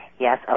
Yes